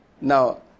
Now